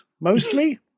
mostly